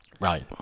Right